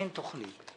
אין תוכנית.